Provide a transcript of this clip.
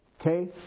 Okay